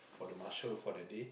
for the marshal for the day